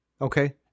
Okay